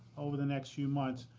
over the next few months,